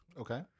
Okay